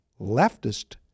leftist